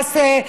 מירי תעשה,